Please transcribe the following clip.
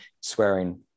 swearing